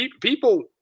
people